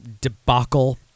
debacle